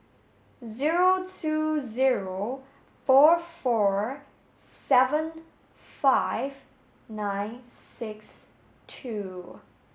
zero two zero four four seven five nine six two